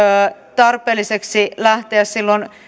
tarpeelliseksi lähteä niitä silloin